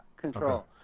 Control